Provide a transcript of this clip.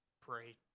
pray